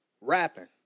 rapping